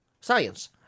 Science